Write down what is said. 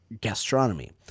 gastronomy